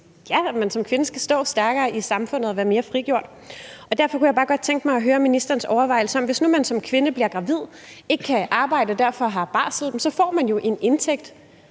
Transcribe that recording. at man som kvinde skal stå stærkere i samfundet og være mere frigjort. Derfor kunne jeg bare godt tænke mig at høre ministerens overvejelse om det her: Hvis man nu som kvinde bliver gravid og ikke kan arbejde og derfor har barsel, så får man jo en indtægt